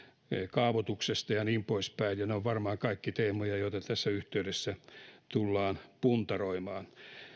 kaavoituksesta ja niin poispäin ja ne ovat varmaan kaikki teemoja joita tässä yhteydessä tullaan puntaroimaan